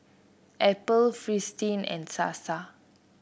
Apple Fristine and Sasa